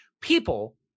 people